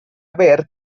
ver